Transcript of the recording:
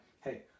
hey